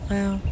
Wow